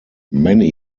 many